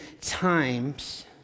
times